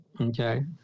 okay